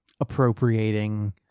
appropriating